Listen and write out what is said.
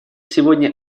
сегодня